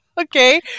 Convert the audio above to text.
Okay